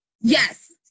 yes